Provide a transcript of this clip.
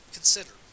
Consider